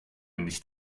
nicht